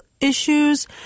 issues